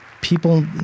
people